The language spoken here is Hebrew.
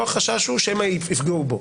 פה החשש הוא שמא יפגעו בו.